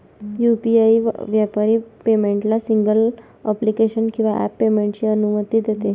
UPI व्यापारी पेमेंटला single application किंवा ॲप पेमेंटची अनुमती देते